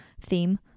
theme